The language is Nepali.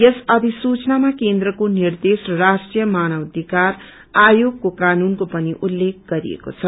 यस अधिसूचनामा केन्द्रको निर्देश र राष्ट्रीय मानवाधिकार आयोगको कानुनको पनि उल्लेख गरिएको छ